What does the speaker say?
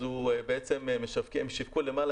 אני יכול להגיד שהם שיווקו למעלה